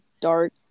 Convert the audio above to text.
dark